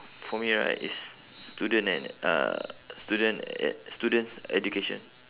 for me right it's student and uh student e~ student's education